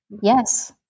Yes